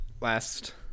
last